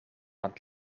het